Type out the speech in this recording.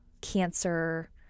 Cancer